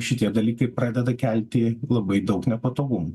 šitie dalykai pradeda kelti labai daug nepatogumų